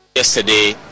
yesterday